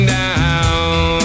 down